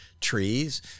trees